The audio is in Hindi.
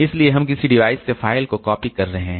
इसलिए हम किसी डिवाइस से फाइल को कॉपी कर रहे हैं